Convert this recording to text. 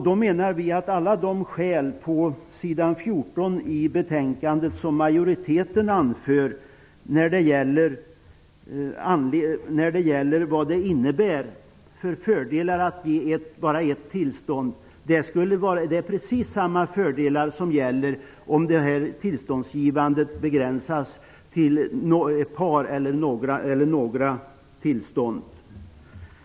Vi menar att alla de fördelar som utskottsmajoriteten anger på s. 14 i betänkandet med att bevilja endast ett tillstånd gäller i precis samma omfattning i ett läge där ett par eller några tillstånd beviljats.